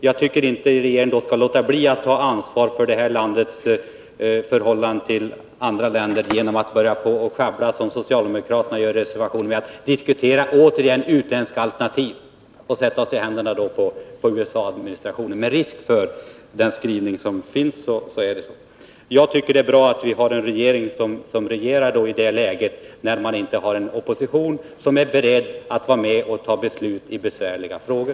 Jag anser inte att regeringen för den skull skall undandra sig anvaret för vårt lands förhållande till andra länder genom att börja sjabbla som socialdemokraterna gör i sin reservation, där man återigen diskuterar utländska alternativ, som sätter oss i händerna på USA administrationen. Med den skrivning som föreligger finns den risken. Det är bra att vi har en regering som regerar i ett läge där det inte finns någon opposition som är beredd att vara med och fatta beslut i besvärliga frågor.